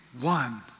one